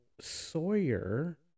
Sawyer